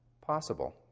possible